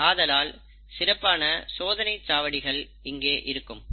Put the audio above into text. ஆதலால் சிறப்பான சோதனை சாவடிகள் இருக்க வேண்டும்